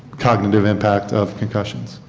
cognitive impact of concussions.